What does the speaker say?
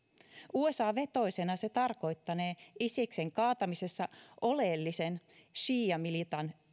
usa vetoisena se tarkoittanee isiksen kaatamisessa oleellisen siiamilitian